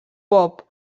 pop